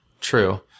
True